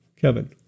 Kevin